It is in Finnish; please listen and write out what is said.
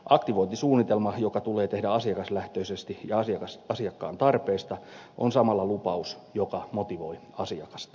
aktivointisuunnitelma joka tulee tehdä asiakaslähtöisesti ja asiakkaan tarpeista on samalla lupaus joka motivoi asiakasta